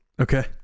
okay